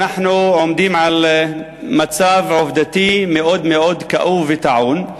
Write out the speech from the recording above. אנחנו עומדים על מצב עובדתי מאוד מאוד כאוב וטעון.